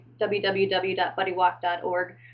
www.buddywalk.org